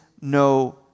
no